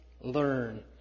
learn